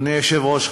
אדוני היושב-ראש,